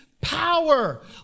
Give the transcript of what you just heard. power